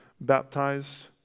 baptized